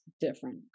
different